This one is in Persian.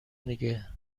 دیگه